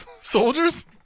soldiers